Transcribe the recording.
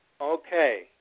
Okay